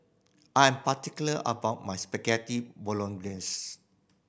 I am particular about my Spaghetti Bolognese